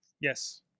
Yes